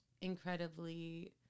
incredibly